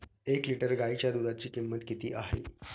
एक लिटर गाईच्या दुधाची किंमत किती आहे?